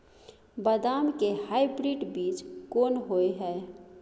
बदाम के हाइब्रिड बीज कोन होय है?